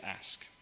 ask